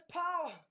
power